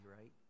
right